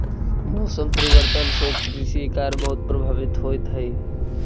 मौसम परिवर्तन से कृषि कार्य बहुत प्रभावित होइत हई